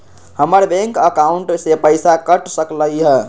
हमर bank account से पैसा कट सकलइ ह?